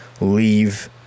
leave